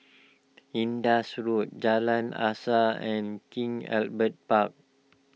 Indus Road Jalan Asas and King Albert Park